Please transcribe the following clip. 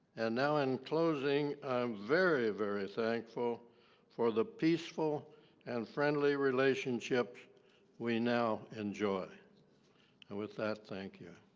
and now in closing i'm very very thankful for the peaceful and friendly relationships we now enjoy and with that thank you